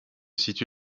situe